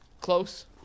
Close